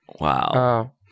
Wow